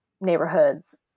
neighborhoods